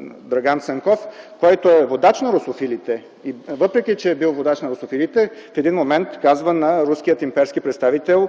Драган Цанков, който е водач на русофилите и въпреки, че е бил водач на русофилите в един момент казва на руския имперски представител